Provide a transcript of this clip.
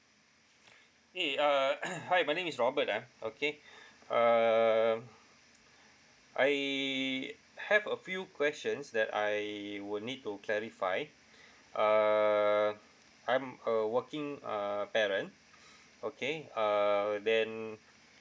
eh uh hi my name is robert ah okay um I have a few questions that I would need to clarify err I'm a working err parent okay err then